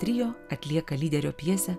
trio atlieka lyderio pjesę